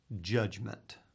judgment